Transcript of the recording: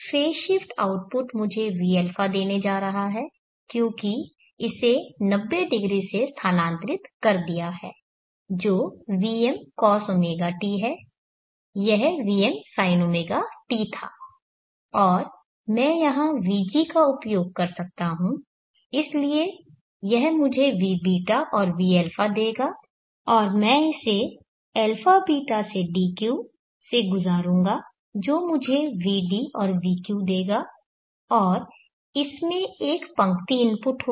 phase shift output मुझे vα देने जा रहा है क्योंकि इसे 90° से स्थानांतरित कर दिया है जो vm cosωt है यह vm sinωt था और मैं यहाँ vg का उपयोग कर सकता हूँ इसलिए यह मुझे vβ और vα देगा और मैं इसे αβ से dq से गुज़ारूँगा जो मुझे vd और vq देगा और इसमें एक पंक्ति इनपुट होगा